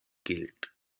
guilt